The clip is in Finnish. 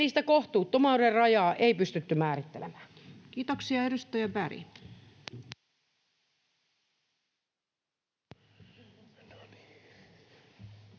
sitä kohtuuttomuuden rajaa ei pystytty määrittelemään. Kiitoksia. — Edustaja Berg.